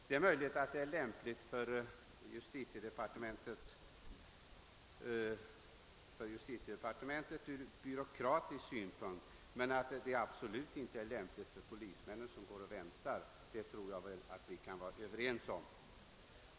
Det är möjligt att det är lämpligt för justitiedepartementet från byråkratisk syn punkt, men att det absolut inte är lämpligt för polismännen som går och väntar tror jag att vi kan vara överens om.